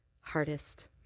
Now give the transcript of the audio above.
hardest